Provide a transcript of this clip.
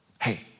Hey